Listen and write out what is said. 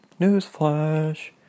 Newsflash